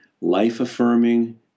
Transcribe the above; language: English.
life-affirming